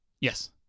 Yes